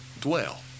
Dwell